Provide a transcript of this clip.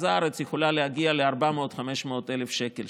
הארץ יכולה להגיע ל-400,000 500,000 שקל,